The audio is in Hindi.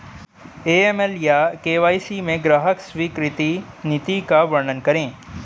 ए.एम.एल या के.वाई.सी में ग्राहक स्वीकृति नीति का वर्णन करें?